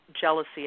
jealousy